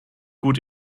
gut